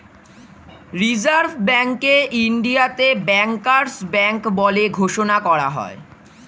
reserve ব্যাঙ্ককে ইন্ডিয়াতে bankers bank বলে ঘোষণা করা হয়